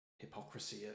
hypocrisy